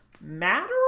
matter